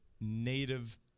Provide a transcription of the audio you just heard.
native